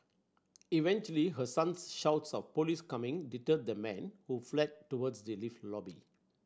eventually her son's shouts of police coming deterred the man who fled towards the lift lobby